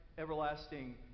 Everlasting